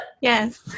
Yes